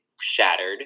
shattered